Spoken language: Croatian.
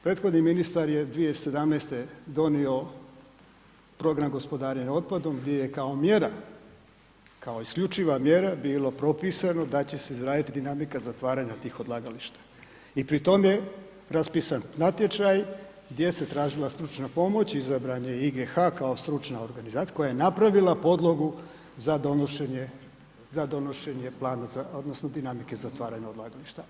Prethodni ministar je 2017. donio program gospodarenja otpadom gdje je kao mjera, kao isključiva mjera bilo propisano da će se izraditi dinamika zatvaranja tih odlagališta i pri tom je raspisan natječaj gdje se tražila stručna pomoć, izabran je IGH kao stručna organizacija, koji je napravila podlogu za donošenje dinamike zatvaranja odlagališta.